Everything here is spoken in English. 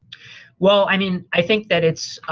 well, i mean i think that it's.